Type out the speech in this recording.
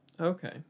Okay